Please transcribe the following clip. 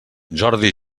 jordi